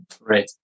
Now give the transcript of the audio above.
Right